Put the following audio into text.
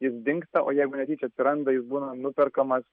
jis dingsta o jeigu netyčia atsiranda jis būna nuperkamas